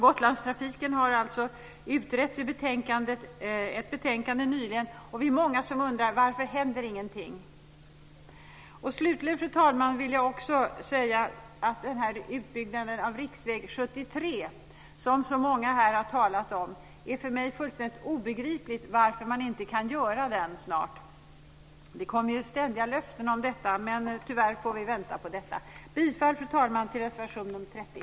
Gotlandstrafiken har nyligen utretts i ett betänkande. Vi är många som undrar varför det inte händer någonting. Fru talman! I fråga om utbyggnaden av riksväg 73, som så många här har talat om, är det för mig obegripligt varför den inte kan göras snart. Det kommer ständiga löften om detta, men tyvärr får vi vänta. Fru talman! Jag yrkar bifall till reservation nr 30.